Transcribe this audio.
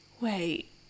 Wait